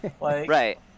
Right